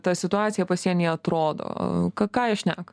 ta situacija pasienyje atrodo ką ką jie šneka